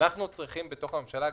אנחנו צריכים בתוך הממשלה,